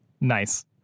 nice